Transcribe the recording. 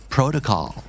Protocol